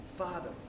father